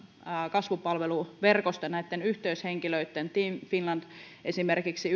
kasvupalveluverkosto ja näitten yhteyshenkilöitten jatko team finlandin esimerkiksi